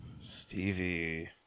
stevie